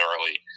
early